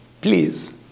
please